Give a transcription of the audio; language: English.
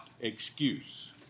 Excuse